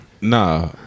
Nah